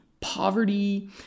poverty